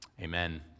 Amen